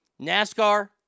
NASCAR